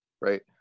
right